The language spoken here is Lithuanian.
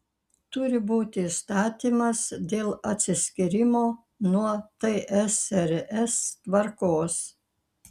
turi būti įstatymas dėl atsiskyrimo nuo tsrs tvarkos